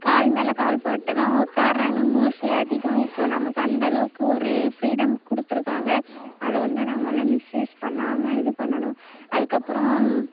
கால் மேலே கால் போட்டுதான் உக்காராங்க மோஸ்ட்லி அதிகம் இப்போது நமக்கு அந்தளவுக்கு ஒரு ஃப்ரீடம் கொடுத்துருக்காங்க அதை வந்து நம்மளெலாம் மிஸ்யூஸ் பண்ணாமல் இது பண்ணணும் அதுக்கப்புறோம்